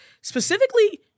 specifically